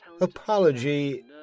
Apology